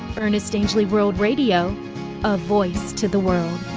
ernest angley world radio a voice to the world.